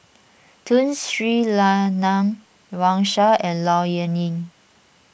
Tun Sri Lanang Wang Sha and Low Yen Ling